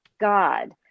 God